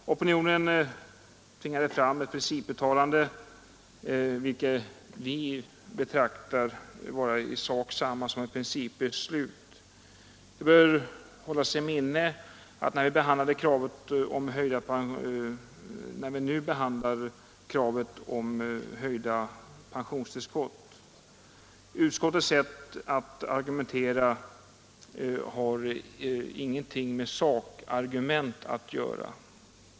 Opinionen tvingade fram ett principuttalande, vilket vi betraktar vara i sak detsamma som ett principbeslut. När vi nu behandlar kravet på höjda pensionstillskott, bör det hållas i minnet att utskottets sätt att argumentera inte har någonting med sakargument att göra.